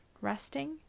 resting